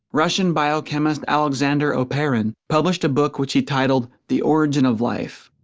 russian biochemist alexander oparin published a book which he titled the origin of life.